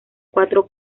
cuatro